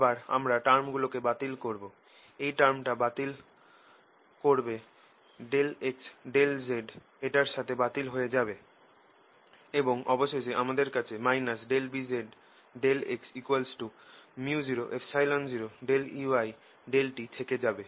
আবার আমরা টার্মগুলোকে বাতিল করবো এই টার্মটা এটাকে বাতিল করবে ∆x ∆z এটার সাথে বাতিল হয়ে যাবে এবং অবশেষে আমাদের কাছে Bzxµ00Ey∂t থেকে যাবে